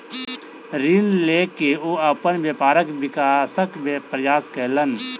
ऋण लय के ओ अपन व्यापारक विकासक प्रयास कयलैन